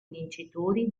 vincitori